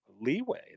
leeway